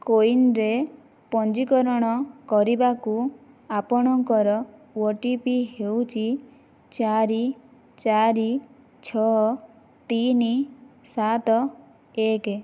କୋ win ରେ ପଞ୍ଜୀକରଣ କରିବାକୁ ଆପଣଙ୍କର ଓ ଟି ପି ହେଉଛି ଚାରି ଚାରି ଛଅ ତିନି ସାତ ଏକ